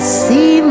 see